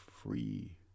free